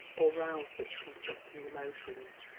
or rouse such conflicting emotions.